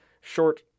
short